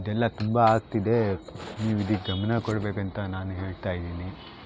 ಇದೆಲ್ಲ ತುಂಬ ಆಗ್ತಿದೆ ನೀವು ಇದಕ್ಕೆ ಗಮನ ಕೊಡ್ಬೇಕು ಅಂತ ನಾನು ಹೇಳ್ತಾ ಇದ್ದೀನಿ